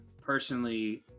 personally